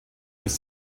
bis